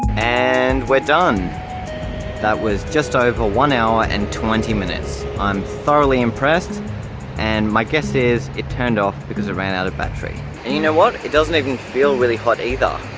and we're done that was just over one hour and twenty minutes. i'm thoroughly impressed and my guess is it turned off because it ran out of battery and you know what it doesn't even feel really hot either.